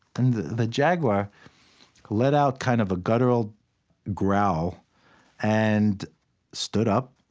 and the jaguar let out kind of a guttural growl and stood up